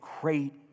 great